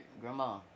Grandma